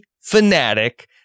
fanatic